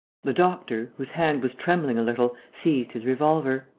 the doctor, whose hand was trembling a little, seized his revolver.